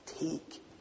Take